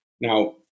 Now